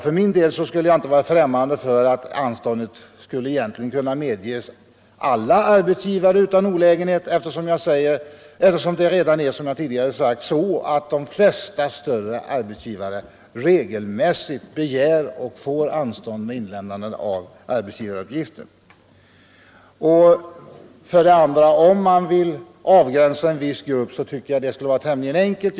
För min del är jag inte främmande för att anståndet egentligen utan olägenhet skulle kunna medges alla arbetsgivare, eftersom det redan — som jag tidigare sagt — är så att de flesta större arbetsgivare regelmässigt begär och får anstånd med inlämnandet av arbetsgivaruppgiften. Och om man vill avgränsa en viss grupp bör det vara tämligen enkelt.